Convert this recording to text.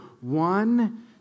one